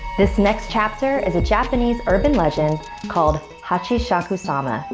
this next chapter is a japanese urban legend called hachi shaku sama,